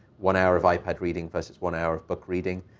one hour of ipad reading versus one hour of book reading.